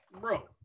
bro